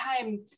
time